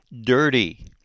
dirty